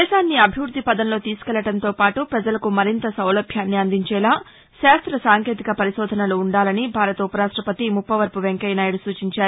దేశాన్ని అభివృద్ది పథంలో తీసుకెళ్లడంతో పాటు పజలకు మరింత సౌలభ్యాన్ని అందించేలా శాస్త సాంకేతిక పరిశోధనలు ఉండాలని భారత ఉపరాష్టపతి ముప్పవరపు వెంకయ్యనాయుడు సూచించారు